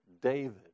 David